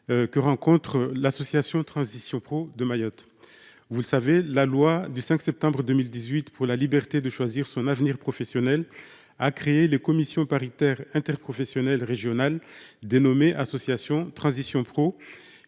Que rencontre l'association transition pro de Mayotte. Vous le savez, la loi du 5 septembre 2018 pour la liberté de choisir son avenir professionnel a créé les commissions paritaires interprofessionnelles régionales dénommée Association transition pro